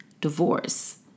Divorce